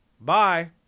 Bye